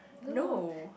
no